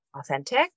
authentic